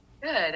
Good